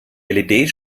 led